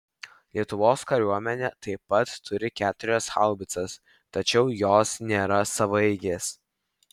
lietuvos kariuomenė taip pat turi keturias haubicas tačiau jos nėra savaeigės